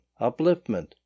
UPLIFTMENT